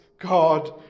God